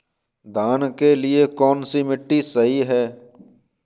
धान के लिए कौन सी मिट्टी सही है?